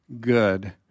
good